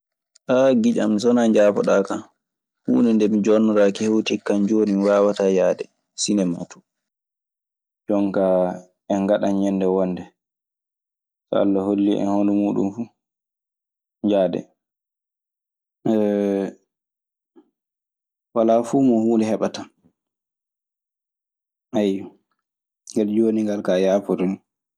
"giƴan so wanaa njaafoɗaa kan. Huunde nde mi jooɗnoraaki hewtike kan jooni. Mi waawataa yahde sinemaa too. Jon kaa en ngaɗan ñennde wonde. So Alla hollii en hono muuɗun fuu, njahaden. Walaa fu mo huunde heɓataa. Ayyo. Ngel jooni ngal kaa a yaafoto ni."